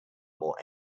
more